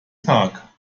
tag